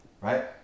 Right